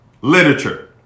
literature